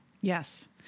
Yes